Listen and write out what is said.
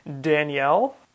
Danielle